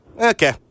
okay